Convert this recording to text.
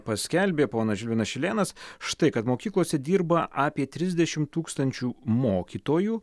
paskelbė ponas žilvinas šilėnas štai kad mokyklose dirba apie trisdešimt tūkstančių mokytojų